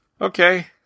Okay